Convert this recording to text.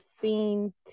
seen